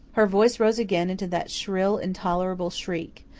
her voice rose again into that shrill, intolerable shriek.